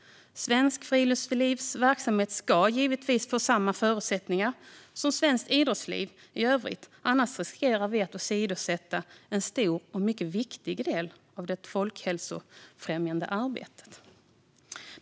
Svenskt friluftsliv ska givetvis få samma förutsättningar för sin verksamhet som svenskt idrottsliv i övrigt. Annars riskerar vi att åsidosätta en stor och mycket viktig del av det folkhälsofrämjande arbetet.